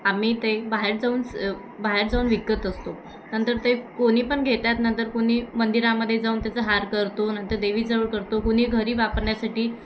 आम्ही ते बाहेर जाऊन स बाहेर जाऊन विकत असतो नंतर ते कोणी पण घेतात नंतर कोणी मंदिरामध्ये जाऊन त्याचं हार करतो नंतर देवीजवळ करतो कुणी घरी वापरण्यासाठी